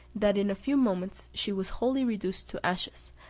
that in a few moments she was wholly reduced to ashes,